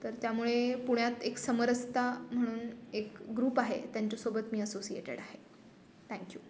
तर त्यामुळे पुण्यात एक समरसता म्हणून एक ग्रुप आहे त्यांच्यासोबत मी असोसिएटेड आहे थँक यू